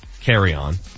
carry-on